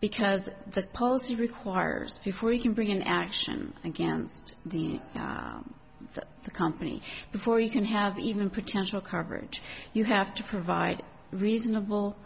because the post requires before you can bring an action against the company before you can have even potential coverage you have to provide reasonable